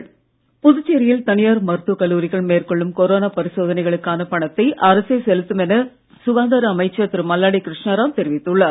மல்லாடி புதுச்சேரியில் தனியார் மருத்துவக் கல்லூரிகள் மேற்கொள்ளும் கொரோனா பரிசோதனைகளுக்கான பணத்தை அரசே செலுத்தும் என சுகாதார அமைச்சர் திரு மல்லாடி கிருஷ்ணராவ் தெரிவித்துள்ளார்